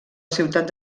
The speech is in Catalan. ciutat